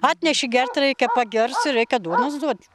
atneši gert reikia pagers reikia duonos duot